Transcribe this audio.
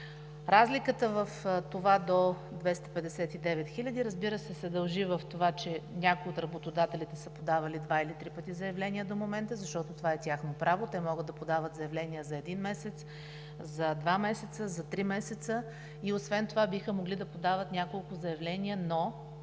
Разликата в това – до 259 000, разбира се, се дължи на това, че някои от работодателите са подавали два или три пъти заявления до момента, защото това е тяхно право. Те могат да подават заявления за един месец, два месеца, три месеца и освен това биха могли да подават няколко заявления, но